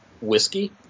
whiskey